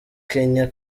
kenya